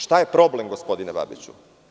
Šta je problem, gospodine Babiću?